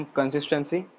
consistency